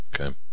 okay